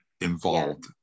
involved